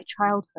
childhood